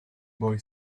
boy